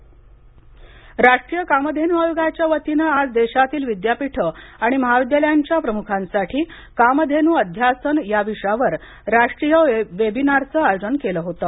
Kamdhenu chair राष्ट्रीय कामधेनु आयोगाच्या वतीनं आज देशातील विद्यापीठे आणि महाविद्यालयांच्या प्रमुखांसाठी कामधेनु अध्यासन या विषयावर राष्ट्रीय वेबिनारचं आयोजन केलं होतं